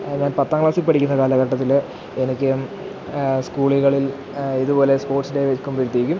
അത് ഞാൻ പത്താം ക്ലാസില് പഠിക്കുന്ന കാലഘട്ടത്തില് എനിക്ക് സ്കൂളുകളിൽ ഇതുപോലെ സ്പോർട്സ് ഡേ വയ്ക്കുമ്പോഴത്തേക്കും